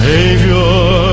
Savior